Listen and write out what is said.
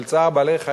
של צער בעלי-חיים,